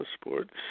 Sports